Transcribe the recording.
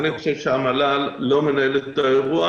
אני חושב שהמל"ל לא מנהל את האירוע.